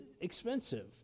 expensive